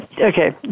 Okay